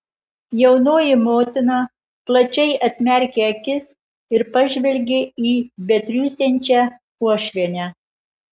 jaunoji motina plačiai atmerkė akis ir pažvelgė į betriūsiančią uošvienę